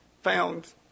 found